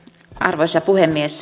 arvoisa puhemies